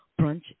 Brunch